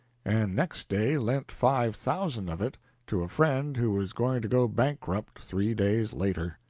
and next day lent five thousand of it to a friend who was going to go bankrupt three days later.